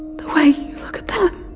the way you look at them!